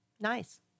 Nice